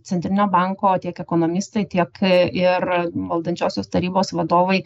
centrinio banko tiek ekonomistai tiek ir valdančiosios tarybos vadovai